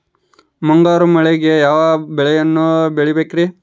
ಮುಂಗಾರು ಮಳೆಗೆ ಯಾವ ಬೆಳೆಯನ್ನು ಬೆಳಿಬೇಕ್ರಿ?